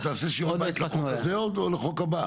אתה עושה שיעורי בית לחוק הזה או לחוק הבא?